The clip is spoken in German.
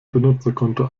benutzerkonto